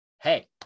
hey